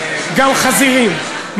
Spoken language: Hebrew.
גם חזירים.